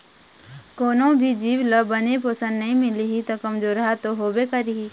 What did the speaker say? कोनो भी जीव ल बने पोषन नइ मिलही त कमजोरहा तो होबे करही